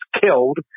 killed